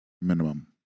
minimum